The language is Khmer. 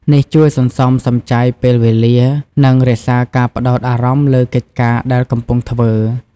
នេះជួយសន្សំសំចៃពេលវេលា និងរក្សាការផ្ដោតអារម្មណ៍លើកិច្ចការដែលកំពុងធ្វើ។